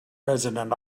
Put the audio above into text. resonant